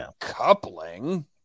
coupling